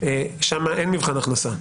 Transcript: שמה אין מבחן הכנסה.